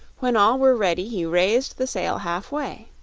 when all were ready he raised the sail half-way.